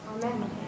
Amen